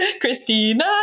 Christina